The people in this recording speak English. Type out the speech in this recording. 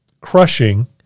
crushing